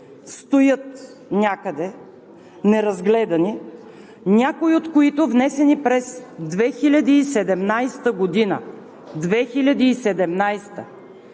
стоят някъде неразгледани, някои от които внесени през 2017 г.!